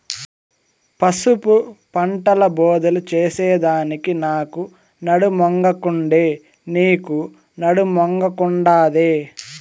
పసుపు పంటల బోదెలు చేసెదానికి నాకు నడుమొంగకుండే, నీకూ నడుమొంగకుండాదే